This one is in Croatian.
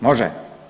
Može?